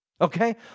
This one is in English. Okay